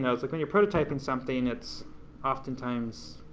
yeah it's like when you're prototyping something, it's oftentimes,